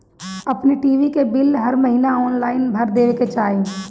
अपनी टी.वी के बिल हर महिना ऑनलाइन भर देवे के चाही